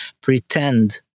pretend